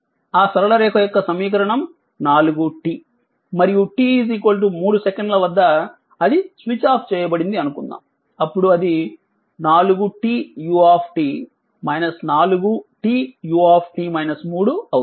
ఆ సరళ రేఖ యొక్క సమీకరణం 4t మరియు t 3 సెకన్ల వద్ద అది స్విచ్ ఆఫ్ చేయబడింది అనుకుందాం అప్పుడు అది 4t u 4t u అవుతుంది